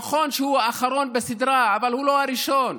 נכון שהוא האחרון בסדרה, אבל הוא לא הראשון.